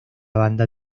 banda